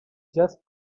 just